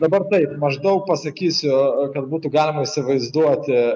dabar taip maždaug pasakysiu kad būtų galima įsivaizduoti